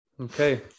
Okay